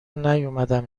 نیومدم